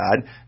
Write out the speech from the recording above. God